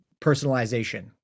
personalization